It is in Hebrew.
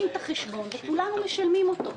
וכולנו משלמים אותו.